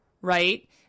right